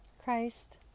Christ